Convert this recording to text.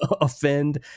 offend